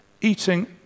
eating